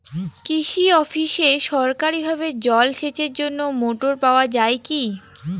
কৃষি অফিসে সরকারিভাবে জল সেচের জন্য মোটর পাওয়া যায় কি?